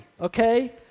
Okay